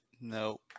No